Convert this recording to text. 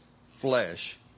flesh